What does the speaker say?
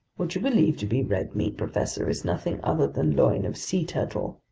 what you believe to be red meat, professor, is nothing other than loin of sea turtle.